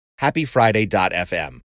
happyfriday.fm